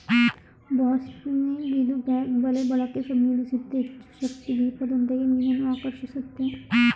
ಬಾಸ್ನಿಗ್ ಇದು ಬ್ಯಾಗ್ ಬಲೆ ಬಳಕೆ ಸಂಯೋಜಿಸುತ್ತೆ ಹೆಚ್ಚುಶಕ್ತಿ ದೀಪದೊಂದಿಗೆ ಮೀನನ್ನು ಆಕರ್ಷಿಸುತ್ತೆ